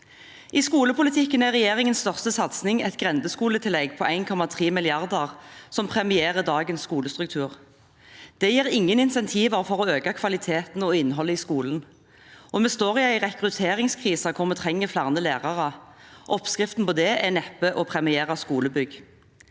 I skolepolitikken er regjeringens største satsing et grendeskoletillegg på 1,3 mrd. kr, som premierer dagens skolestruktur. Det gir ingen insentiver for å øke kvaliteten og innholdet i skolen. Vi står i en rekrutteringskrise hvor vi trenger flere lærere. Oppskriften på å løse den er neppe å premiere skolebygg.